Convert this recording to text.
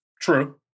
True